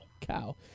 cow